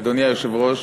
אדוני היושב-ראש,